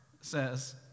says